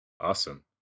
Awesome